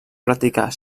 practicar